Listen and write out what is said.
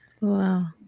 Wow